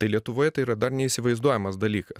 tai lietuvoje tai yra dar neįsivaizduojamas dalykas